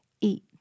eat